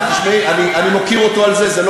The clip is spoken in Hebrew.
תשמעי, אני מוקיר אותו על זה.